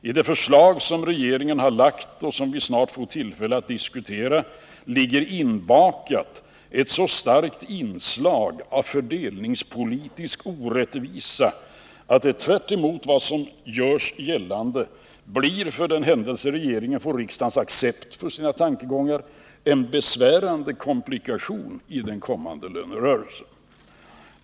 I det förslag som regeringen har framlagt och som vi snart får tillfälle att diskutera ligger inbakat ett så starkt inslag av fördelningspolitisk orättvisa att det tvärtemot vad som görs gällande blir — för den händelse regeringen får riksdagens accept för sina tankegångar — en besvärande komplikation i den kommande lönerörelsen.